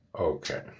Okay